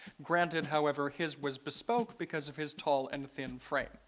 granted, however, his was bespoke because of his tall and thin frame.